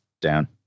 down